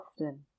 often